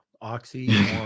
Oxy